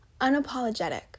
unapologetic